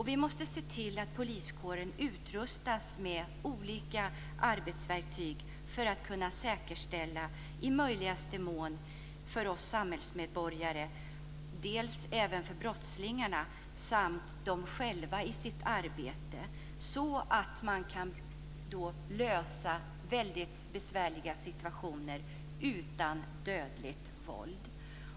Vi måste se till att poliskåren utrustas med olika arbetsverktyg för att man i möjligaste mån ska kunna säkerställa trygghet för oss samhällsmedborgare och även för brottslingarna samt för att lösa besvärliga situationer utan dödligt våld.